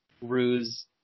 ruse